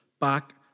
back